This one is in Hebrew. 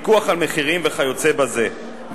פיקוח על מחירים וכיוצא בזה,